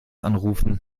anrufen